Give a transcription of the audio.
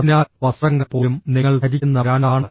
അതിനാൽ വസ്ത്രങ്ങൾ പോലും നിങ്ങൾ ധരിക്കുന്ന ബ്രാൻഡാണ്